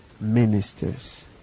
ministers